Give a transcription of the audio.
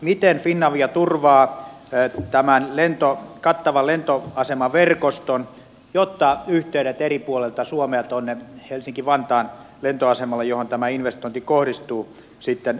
miten finavia turvaa tämän kattavan lentoasemaverkoston jotta yhteydet eri puolilta suomea tuonne helsinki vantaan lentoasemalle johon tämä investointi kohdistuu sitten jatkossakin ovat mahdollisia